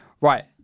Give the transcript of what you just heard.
Right